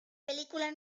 película